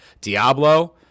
Diablo